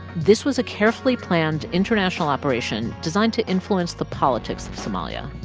this was a carefully-planned, international operation designed to influence the politics of somalia.